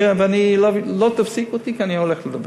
ולא תפסיקו אותי, כי אני הולך לדבר.